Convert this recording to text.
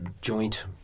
joint